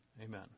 Amen